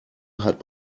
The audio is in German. hat